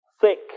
Thick